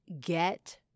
get